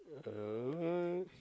uh